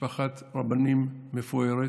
משפחת רבנים מפוארת.